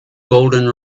golden